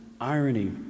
irony